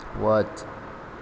वच